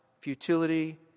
futility